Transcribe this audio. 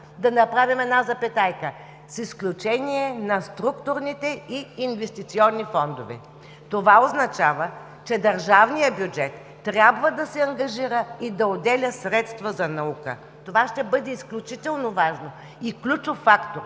да направим една запетайка – с изключение на структурните и инвестиционни фондове. Това означава, че държавният бюджет трябва да се ангажира и да отделя средства за наука. Това ще бъде изключително важно и ключов фактор